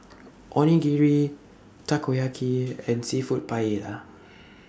Onigiri Takoyaki and Seafood Paella